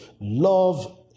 love